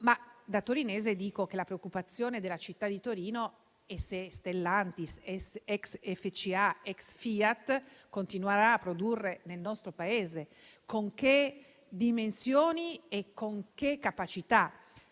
Da torinese dico che la preoccupazione della città di Torino è se Stellantis, *ex* FCA, *ex* FIAT, continueranno a produrre nel nostro Paese, con che dimensioni e capacità.